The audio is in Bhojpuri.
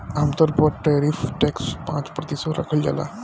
आमतौर पर टैरिफ टैक्स पाँच प्रतिशत राखल जाला